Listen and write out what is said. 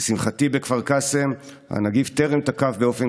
"לשמחתי בכפר קאסם הנגיף טרם תקף באופן